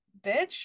Bitch